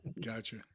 Gotcha